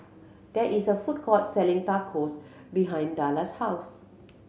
there is a food court selling Tacos behind Dallas' house